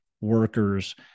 workers